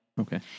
Okay